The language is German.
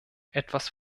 etwas